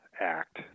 Act